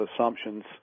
assumptions